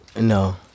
No